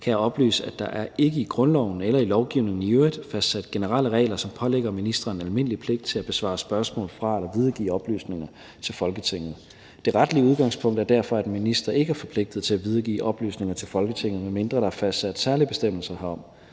kan jeg oplyse, at der ikke i grundloven eller i lovgivningen i øvrigt er fastsat generelle regler, som pålægger ministeren en almindelig pligt til at besvare spørgsmål fra eller videregive oplysninger til Folketinget. Det retlige udgangspunkt er derfor, at en minister ikke er forpligtet til at videregive oplysninger til Folketinget, medmindre der er fastsat særlige bestemmelser herom.